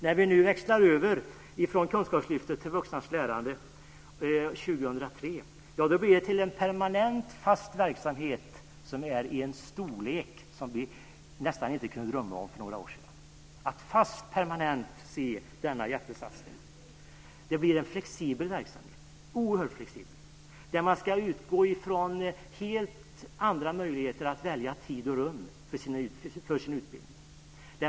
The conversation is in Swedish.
När vi nu växlar över från Kunskapslyftet till vuxnas lärande 2003 blir det till en fast verksamhet i en storlek som vi nästan inte kunde drömma om för några år sedan, att få se denna jättesatsning bli permanent. Det blir en oerhört flexibel verksamhet. Man ska utgå från helt andra möjligheter att välja tid och rum för sin utbildning.